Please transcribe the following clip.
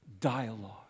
dialogue